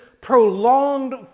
prolonged